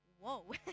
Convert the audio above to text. Whoa